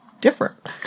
different